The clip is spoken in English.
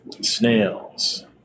Snails